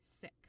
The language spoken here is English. sick